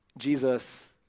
Jesus